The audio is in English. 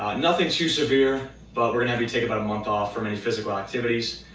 nothing too severe, but we're gonna have you take about a month off from any physical activities.